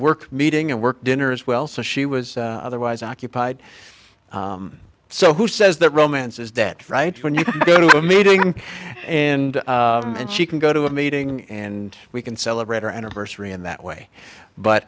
work meeting and work dinner as well so she was otherwise occupied so who says that romance is dead right when you go to a meeting and she can go to a meeting and we can celebrate our anniversary in that way but